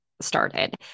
started